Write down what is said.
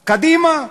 קדימה.